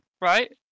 right